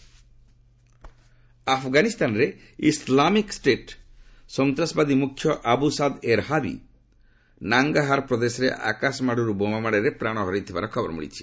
Afghan kill ଆଫ୍ଗାନିସ୍ତାନରେ Islamic State ସନ୍ତାସବାଦୀ ମୁଖ୍ୟ ଆବୃସାଦ ଏର୍ହାବି ନାଙ୍ଗାହାର ପ୍ରଦେଶରେ ଆକାଶମାର୍ଗରୁ ବୋମା ମାଡ଼ରେ ପ୍ରାଣ ହରାଇଥିବାର ଖବର ମିଳିଛି